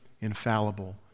infallible